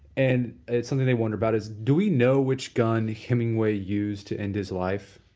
and it's something they wonder about is, do we know which gun hemingway used to end his life?